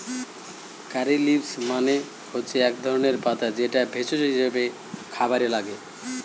কারী leaves মানে হচ্ছে ধনে পাতা যেটা ভেষজ হিসাবে খাবারে লাগে